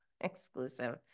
Exclusive